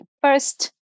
first